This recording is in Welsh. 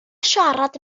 siarad